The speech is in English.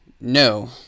No